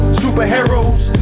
superheroes